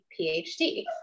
PhD